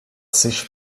sich